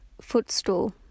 footstool